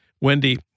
wendy